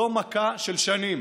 זו מכה של שנים,